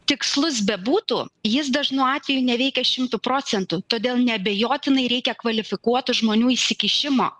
tikslus bebūtų jis dažnu atveju neveikia šimtu procentų todėl neabejotinai reikia kvalifikuotų žmonių įsikišimo